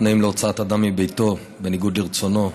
תנאים להוצאת אדם מביתו כניגוד לרצונו),